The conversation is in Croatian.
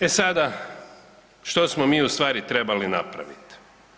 E sada, što smo mi u stvari trebali napraviti.